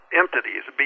entities